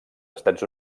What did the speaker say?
estats